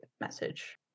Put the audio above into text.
message